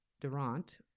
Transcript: Durant